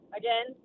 again